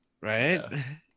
right